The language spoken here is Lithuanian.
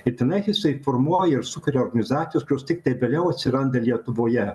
ir tenai jisai formuoja ir sukuria organizacijas kurios tiktai vėliau atsiranda lietuvoje